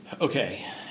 Okay